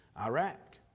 Iraq